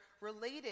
related